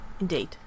Indeed